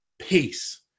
peace